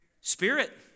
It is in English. spirit